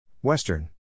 Western